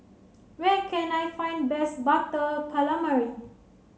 where can I find best Butter Calamari